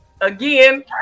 again